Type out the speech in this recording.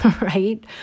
right